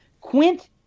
Quint